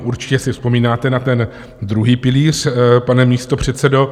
Určitě si vzpomínáte na ten druhý pilíř, pane místopředsedo.